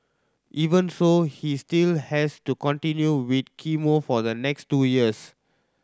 even so he still has to continue with chemo for the next two years